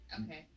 Okay